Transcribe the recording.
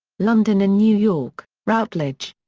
london and new york routledge.